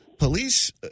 Police